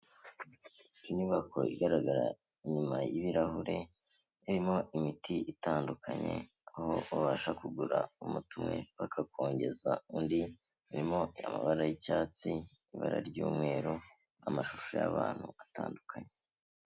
Inyubako igaragara inyuma y'ibirahure, irimo imiti itandukanye, aho ubasha kugura umutwe umwe bakakongeza undi, harimo amabara y'icyatsi n'ibara ry'umweru, amashusho y'abantu atandukanye.